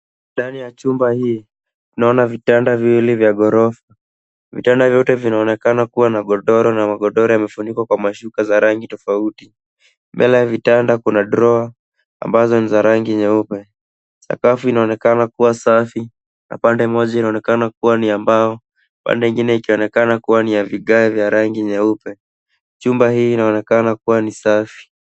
Ndani ya chumba hii naona vitanda viwili vya ghorofa. Vitanda vyote vinaonekana kuwa na godoro na magodoro yamefunikwa kwa mashuka za rangi tofauti. Mbele ya vitanda kuna drawer ambazo ni za rangi nyeupe. Sakafu inaonekana kuwa safi na pande moja inaonekana kuwa ni ya mbao, pande ingine ikionekana kuwa ni ya vigae ya rangi nyeupe. Chumba hii inaonekana kuwa ni safi.